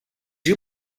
you